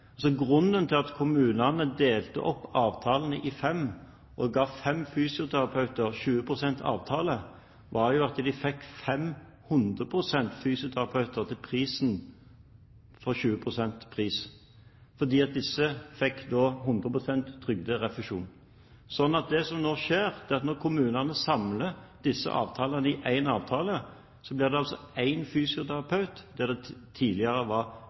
Grunnen til at kommunene delte opp avtalene i fem, og ga fem fysioterapeuter 20 pst. avtale, var jo at de fikk 500 pst. fysioterapeuter til 20 pst. pris, fordi disse da fikk 100 pst. trygderefusjon. Det som nå skjer, er at når kommunene samler disse avtalene i én avtale, blir det altså én fysioterapeut der det tidligere var